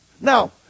Now